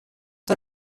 τον